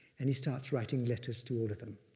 and he starts writing letters to all of them.